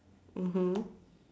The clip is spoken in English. mmhmm